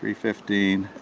fifteen.